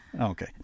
Okay